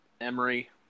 Emory